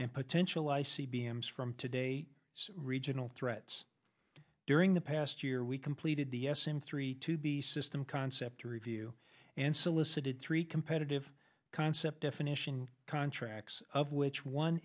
and potential i c b m s from today regional threats during the past year we completed the s m three to be system concept to review and solicited three imperative concept definition contracts of which one